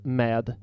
med